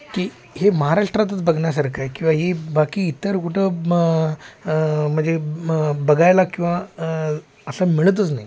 की हे महाराष्ट्रातच बघण्यासारखं आहे किंवा ही बाकी इतर कुठं मग म्हणजे मग बघायला किंवा असं मिळतच नाही